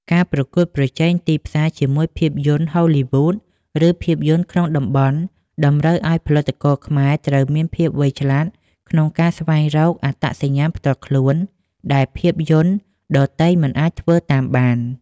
ការប្រកួតប្រជែងទីផ្សារជាមួយភាពយន្តហូលីវូដ ឬភាពយន្តក្នុងតំបន់ តម្រូវឱ្យផលិតករខ្មែរត្រូវមានភាពវៃឆ្លាតក្នុងការស្វែងរកអត្តសញ្ញាណផ្ទាល់ខ្លួនដែលភាពយន្តដទៃមិនអាចធ្វើតាមបាន។